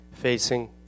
facing